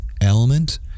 element